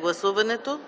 комисията.